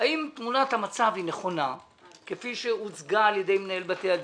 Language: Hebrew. האם תמונת המצב נכונה כפי שהוצגה על-ידי מנהל בתי הדין.